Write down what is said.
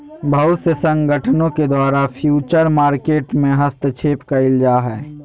बहुत से संगठनों के द्वारा फ्यूचर मार्केट में हस्तक्षेप क़इल जा हइ